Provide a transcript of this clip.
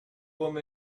older